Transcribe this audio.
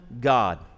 God